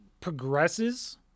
progresses